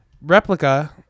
Replica